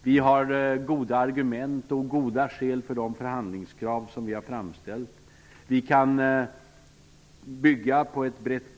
Vi har goda argument och goda skäl för de förhandlingskrav vi har framställt.